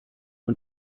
und